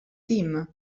team